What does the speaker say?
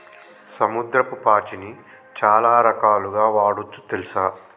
సముద్రపు పాచిని చాలా రకాలుగ వాడొచ్చు తెల్సా